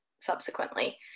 subsequently